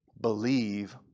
believe